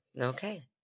Okay